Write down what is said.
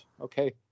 okay